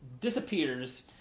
disappears